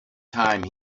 time